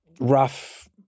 rough